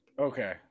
Okay